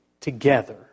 together